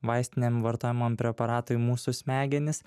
vaistiniam vartojamam preparatui mūsų smegenis